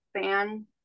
fan